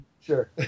Sure